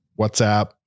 WhatsApp